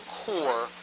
core